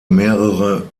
mehrere